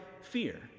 fear